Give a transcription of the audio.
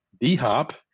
D-Hop